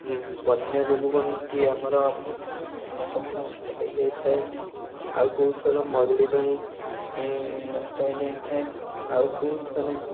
ବନ୍ୟା ଯୋଗୁଁ ଏମିତି ଆମର ଧାନ ସବୁ ନଷ୍ଟ ହେଇଯାଇଥାଏ ଆଉ କେଉଁ ଥର ମରୁଡ଼ି ପାଇଁ ନଷ୍ଟ ହେଇଯାଇଥାଏ ଆଉ କେଉଁ ଥର